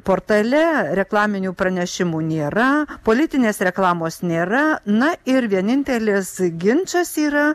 portale reklaminių pranešimų nėra politinės reklamos nėra na ir vienintelis ginčas yra